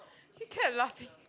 he kept laughing